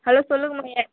hello சொல்லுங்கம்மா யா